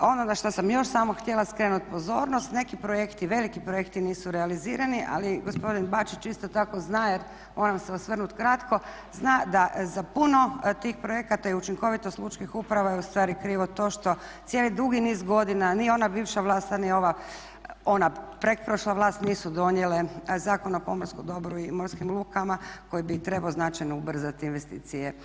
Ono na što sam još samo htjela skrenuti pozornost neki veliki projekti nisu realizirani ali gospodin Bačić isto tako zna jer moram se osvrnuti kratko zna da za puno tih projekata i učinkovitost lučkih uprava je ustvari krivo to što cijeli dugi niz godina ni ona bivša vlast a ni ona pretprošla vlast nisu donijele Zakon o pomorskom dobru i morskim lukama koji bi trebao značajno ubrzati investicije